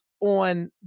on